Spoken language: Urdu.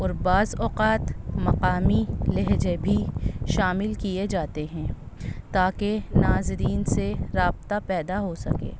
اور بعض اوقات مقامی لہجہ بھی شامل کیے جاتے ہیں تاکہ ناظرین سے رابطہ پیدا ہو سکے